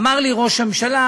אמר לי ראש הממשלה,